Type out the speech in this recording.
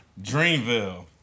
Dreamville